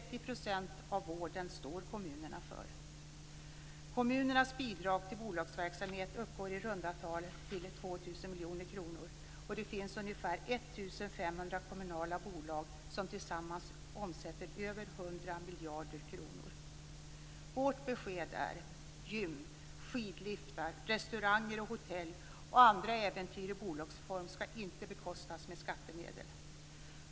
Kommunerna står för 30 % av vården. Kommunernas bidrag till bolagsverksamhet uppgår i runda tal till 2 000 miljoner kronor. Det finns ungefär 1 500 kommunala bolag som tillsammans omsätter över 100 miljarder kronor. Vårt besked är följande: Gym, skidliftar, restauranger, hotell och andra äventyr i bolagsform skall inte bekostas med skattemedel.